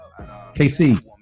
KC